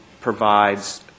provides